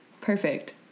perfect